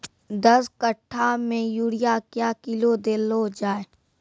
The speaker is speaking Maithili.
दस कट्ठा मे यूरिया क्या किलो देलो जाय?